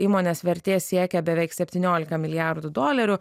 įmonės vertė siekia beveik septyniolika milijardų dolerių